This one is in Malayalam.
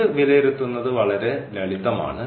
ഇത് വിലയിരുത്തുന്നത് വളരെ ലളിതമാണ്